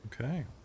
okay